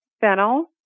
fennel